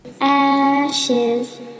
Ashes